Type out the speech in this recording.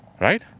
right